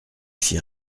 fit